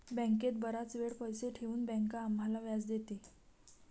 बँकेत बराच वेळ पैसे ठेवून बँक आम्हाला व्याज देते